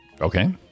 Okay